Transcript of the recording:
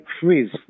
freeze